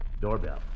doorbell